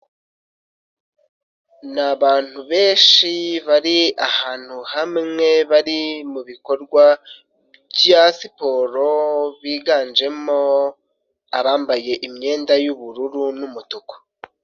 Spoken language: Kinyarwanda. Ni abantu benshi bari ahantu hamwe ,bari mu bikorwa bya siporo biganjemo, abambaye imyenda y'ubururu n'umutuku.